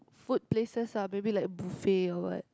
food places ah maybe like buffet or what